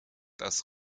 das